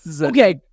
Okay